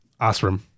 Asram